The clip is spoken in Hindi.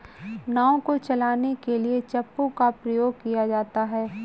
नाव को चलाने के लिए चप्पू का प्रयोग किया जाता है